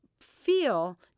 feel